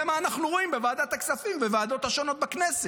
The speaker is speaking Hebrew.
זה מה שאנחנו רואים בוועדת הכספים ובוועדות השונות בכנסת.